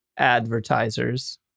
advertisers